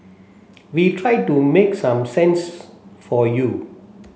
we try to make some sense for you